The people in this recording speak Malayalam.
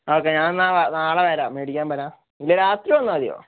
ഓക്കെ ഞാനെന്നാൽ നാളെ വരാം മേടിക്കാൻ വരാം ഇല്ലെങ്കിൽ രാത്രി വന്നാൽമതിയോ